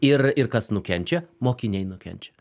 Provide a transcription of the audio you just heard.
ir ir kas nukenčia mokiniai nukenčia